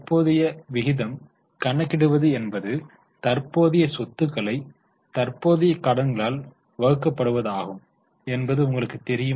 தற்போதைய விகிதம் கணக்கிடுவது என்பது தற்போதைய சொத்துக்களை தற்போதைய கடன்களால் வகுக்கப்படுவதாகும் என்பது உங்களுக்குத் தெரியும்